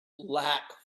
lack